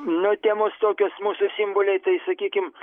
nu temos tokios mūsų simboliai tai sakykim